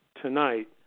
tonight